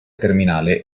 terminale